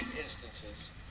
instances